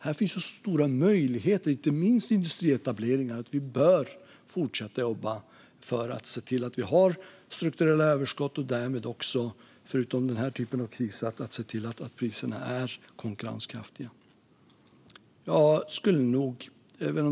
Här finns så stora möjligheter, inte minst när det gäller industrietableringar, att vi bör fortsätta jobba för att ha strukturella överskott och konkurrenskraftiga priser.